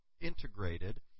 integrated